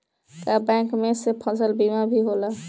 का बैंक में से फसल बीमा भी होला?